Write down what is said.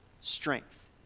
strength